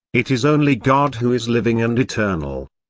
it is only god who is living and eternal.